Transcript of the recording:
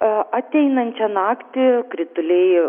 ateinančią naktį krituliai